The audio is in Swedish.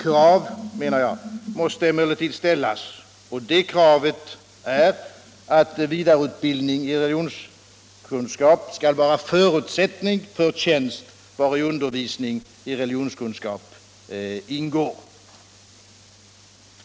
Krav måste emellertid ställas, menar jag, och det kravet är att vidareutbildning i religionskunskap skall vara förutsättning för tjänst, vari undervisning i religionskunskap ingår.